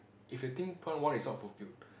if they think point one is not fulfilled